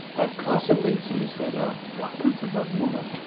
um carson b too said ah, what happened to rob warner.